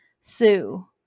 Sue